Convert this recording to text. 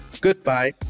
Goodbye